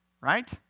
right